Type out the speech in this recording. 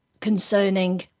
concerning